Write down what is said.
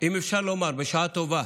אם אפשר לומר "בשעה טובה",